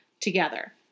together